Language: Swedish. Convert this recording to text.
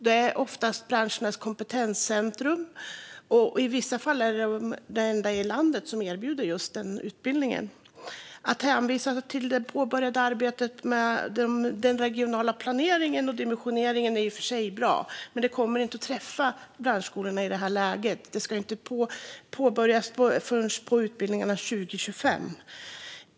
Det handlar oftast om branschernas kompetenscentrum, och i vissa fall är dessa de enda i landet som erbjuder en viss utbildning. Det är i och för sig bra att man hänvisar till det påbörjade arbetet med den regionala planeringen och dimensioneringen, men det kommer inte att träffa branschskolorna i det här läget. Detta ska ju inte påbörjas förrän vid tiden för utbildningarna 2025.